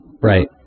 Right